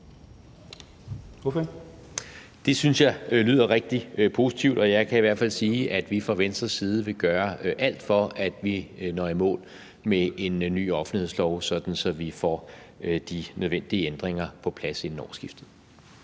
Det synes jeg lyder rigtig positivt, og jeg kan i hvert fald sige, at vi fra Venstres side vil gøre alt, for at vi når i mål med en ny offentlighedslov, sådan at vi får de nødvendige ændringer på plads inden årsskiftet.